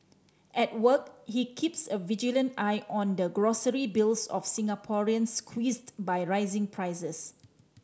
at work he keeps a vigilant eye on the grocery bills of Singaporeans squeezed by rising prices